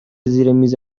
زیرمیز